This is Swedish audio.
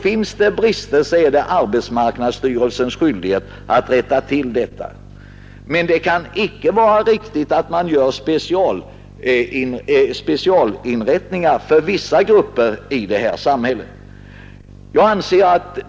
Finns det brister är det arbetsmarknadsstyrelsens skyldighet att rätta till dem. Men det kan inte vara riktigt med specialinrättningar för vissa grupper i samhället.